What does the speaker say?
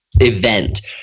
event